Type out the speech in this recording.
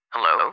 Hello